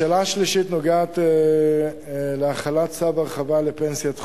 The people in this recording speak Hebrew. השאלה השלישית נוגעת להחלת צו הרחבה לפנסיית חובה,